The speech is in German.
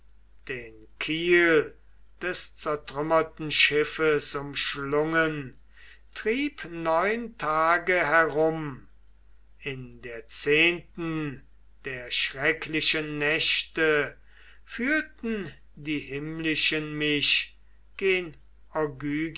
den kiel des zertrümmerten schiffes umschlungen trieb neun tage herum in der zehnten der schrecklichen nächte führten die himmlischen mich